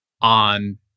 on